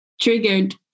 triggered